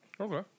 okay